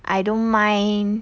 I don't mind